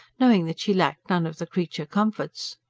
knowing that she lacked none of the creature-comforts.